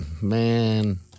man